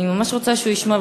אני ממש רוצה שהוא ישמע,